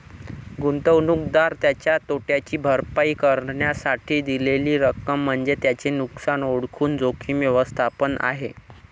गुंतवणूकदार त्याच्या तोट्याची भरपाई करण्यासाठी दिलेली रक्कम म्हणजे त्याचे नुकसान ओळखून जोखीम व्यवस्थापन आहे